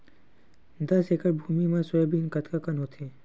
दस एकड़ भुमि म सोयाबीन कतका कन होथे?